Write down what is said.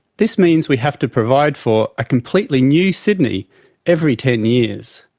this means we have to provide for a completely new sydney every ten years.